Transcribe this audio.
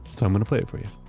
so i'm gonna play it for you.